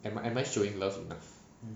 am I showing love enough